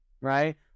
right